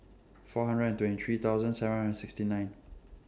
four hundred and twenty three thousand seven hundred and sixty nine